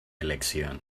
elección